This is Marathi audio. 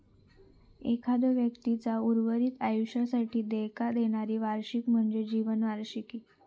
एखाद्यो व्यक्तीचा उर्वरित आयुष्यासाठी देयका देणारी वार्षिकी म्हणजे जीवन वार्षिकी